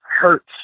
hurts